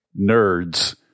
nerds